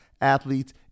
athletes